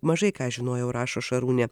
mažai ką žinojau rašo šarūnė